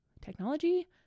technology